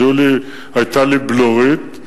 אז היתה לי בלורית.